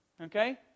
Okay